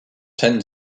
ten